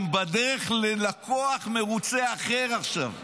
הם בדרך ללקוח מרוצה אחר עכשיו.